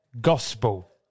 Gospel